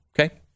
Okay